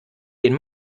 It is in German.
den